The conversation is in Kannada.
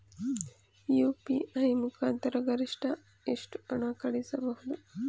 ಯು.ಪಿ.ಐ ಮುಖಾಂತರ ಗರಿಷ್ಠ ಎಷ್ಟು ಹಣ ಕಳಿಸಬಹುದು?